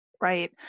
Right